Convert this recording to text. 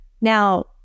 Now